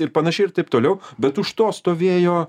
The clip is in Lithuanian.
ir panašiai ir taip toliau bet už to stovėjo